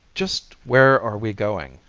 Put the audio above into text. just where are we going?